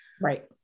Right